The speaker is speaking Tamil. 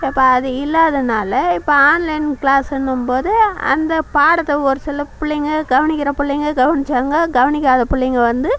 இப்போ அது இல்லாததுனால் இப்போ ஆன்லைன் கிளாசுன்னும்போது அந்த பாடத்தை ஒரு சில பிள்ளைங்க கவனிக்கிற பிள்ளைங்க கவனிச்சாங்க கவனிக்காத பிள்ளைங்க வந்து